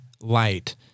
light